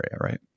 right